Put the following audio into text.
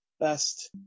best